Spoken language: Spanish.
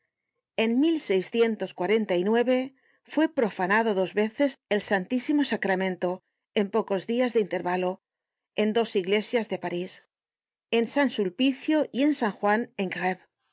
cuenta solo unos doscientos años en fue profanado dos veces el santísimo sacramento con pocos dias de intervalo en dos iglesias de parís en san sulpicio y en san juan en